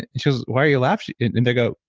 and and she goes, why are you laughing? and they go,